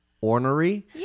Ornery